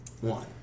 One